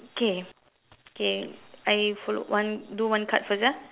okay okay I follow one do one card first ah